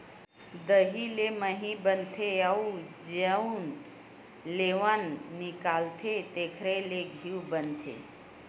दही ले मही बनथे अउ जउन लेवना निकलथे तेखरे ले घींव बनाथे